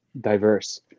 diverse